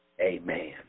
Amen